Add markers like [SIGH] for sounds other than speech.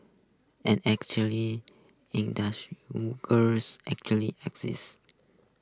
an actually [UNINTELLIGIBLE] girls actually exist